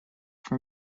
from